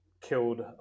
killed